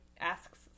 asks